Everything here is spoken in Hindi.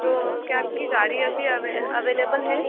तो क्या आपकी गाड़ी अभी अवेलेबल है